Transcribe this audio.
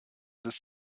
des